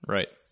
Right